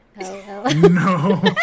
no